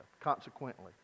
Consequently